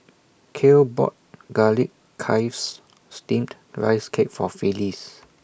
Kale bought Garlic Chives Steamed Rice Cake For Phillis